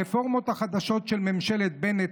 הרפורמות החדשות של ממשלת בנט,